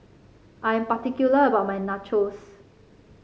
I'm particular about my Nachos